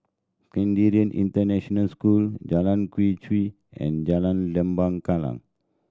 Canadian International School Jalan Quee and Jalan Lembah Kallang